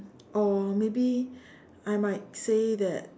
or maybe I might say that